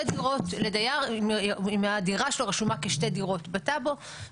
דירות לדייר אם הדירה שלו רשומה כשתי דירות בטאבו.